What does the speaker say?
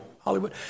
Hollywood